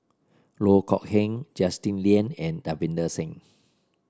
Loh Kok Heng Justin Lean and Davinder Singh